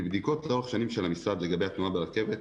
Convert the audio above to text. מבדיקות לאורך שנים של המשרד לגבי התנועה ברכבת,